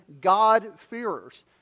God-fearers